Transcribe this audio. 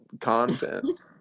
content